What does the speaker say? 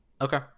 Okay